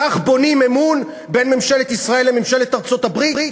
כך בונים אמון בין ממשלת ישראל לממשלת ארצות-הברית?